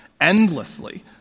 endlessly